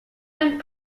and